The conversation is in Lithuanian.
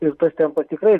ir tas tempas tikrai